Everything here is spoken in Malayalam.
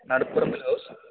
നടുപ്പുറം ഹൗസ്